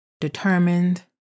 determined